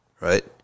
right